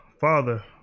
father